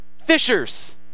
fishers